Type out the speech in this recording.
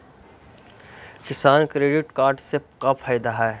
किसान credit card से का फायदा है?